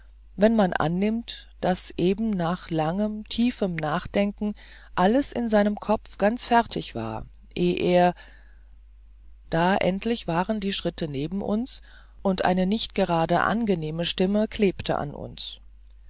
wenn man annimmt daß eben nach langem tiefem nachdenken alles in seinem kopfe ganz fertig war ehe er da endlich waren die schritte neben uns und eine nicht gerade angenehme stimme klebte an uns